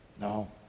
no